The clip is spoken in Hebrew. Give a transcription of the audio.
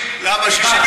למה?